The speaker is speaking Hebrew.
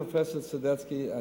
בראשות פרופסור סדצקי.